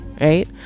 right